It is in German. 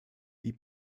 die